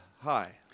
hi